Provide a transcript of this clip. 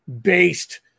based